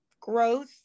growth